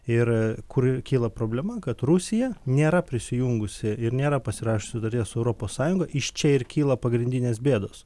ir kur kyla problema kad rusija nėra prisijungusi ir nėra pasirašiusi sutarties su europos sąjunga iš čia ir kyla pagrindinės bėdos